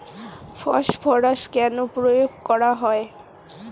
Phosphorus কেন প্রয়োগ করা হয়?